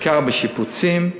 בעיקר בשיפוצים,